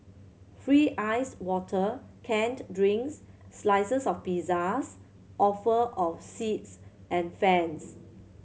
free iced water canned drinks slices of pizzas offer of seats and fans